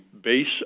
base